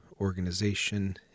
organization